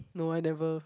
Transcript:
no I never